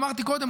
אמרתי קודם,